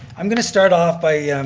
i'm going to start off by.